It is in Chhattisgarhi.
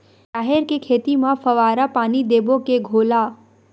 राहेर के खेती म फवारा पानी देबो के घोला?